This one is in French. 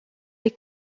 les